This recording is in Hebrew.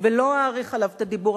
ולא אאריך עליו את הדיבור,